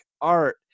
art